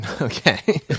Okay